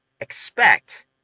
expect